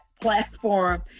platform